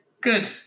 Good